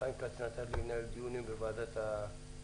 קיבלתי מחיים כץ אפשרות לנהל דיונים בוועדת העבודה,